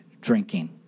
drinking